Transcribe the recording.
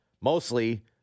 Mostly